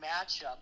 matchup